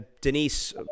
Denise